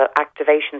activation